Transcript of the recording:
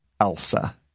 Elsa